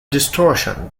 distortion